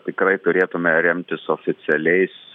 tikrai turėtume remtis oficialiais